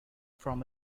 from